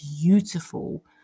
beautiful